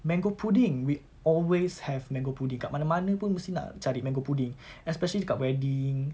mango pudding we always have mango pudding dekat mana mana pun mesti nak cari mango pudding especially dekat wedding